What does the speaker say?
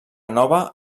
nova